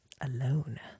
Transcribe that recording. alone